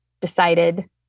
decided